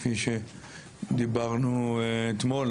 כפי שדיברנו אתמול,